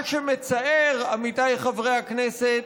מה שמצער, עמיתיי חברי הכנסת,